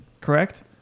correct